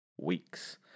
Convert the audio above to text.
weeks